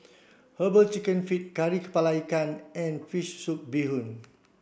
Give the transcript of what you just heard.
herbal chicken feet Kari Kepala Ikan and fish soup bee hoon